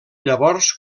llavors